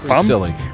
silly